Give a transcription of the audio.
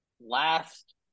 Last